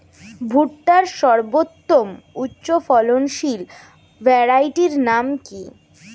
ভুট্টার সর্বোত্তম উচ্চফলনশীল ভ্যারাইটির নাম কি?